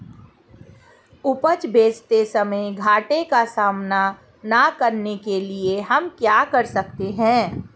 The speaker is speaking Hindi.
उपज बेचते समय घाटे का सामना न करने के लिए हम क्या कर सकते हैं?